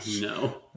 No